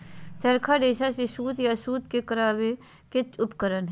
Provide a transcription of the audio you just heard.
चरखा रेशा से सूत या सूत के चरावय के एगो उपकरण हइ